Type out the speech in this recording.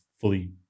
fully